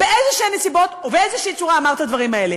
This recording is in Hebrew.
באיזשהן נסיבות או באיזושהי צורה אמר את הדברים האלה.